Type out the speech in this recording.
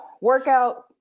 workout